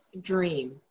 dream